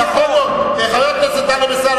חבר הכנסת טלב אלסאנע,